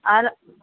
আর